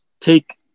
take